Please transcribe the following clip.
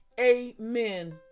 Amen